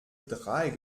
drei